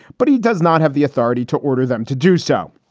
but he does not have the authority to order them to do so.